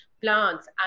plants